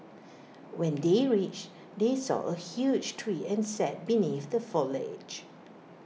when they reached they saw A huge tree and sat beneath the foliage